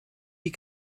die